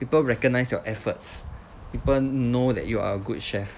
people recognize your efforts people know that you are a good chef